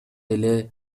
эле